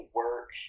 work